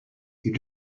you